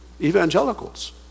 evangelicals